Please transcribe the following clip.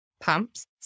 pumps